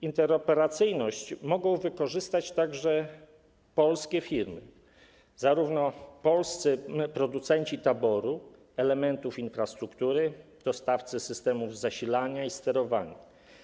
Interoperacyjność mogą wykorzystać także polskie firmy, polscy producenci taboru, elementów infrastruktury, dostawcy systemów zasilania i sterowania.